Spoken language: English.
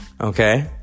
Okay